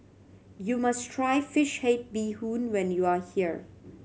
you must try fish head bee hoon when you are here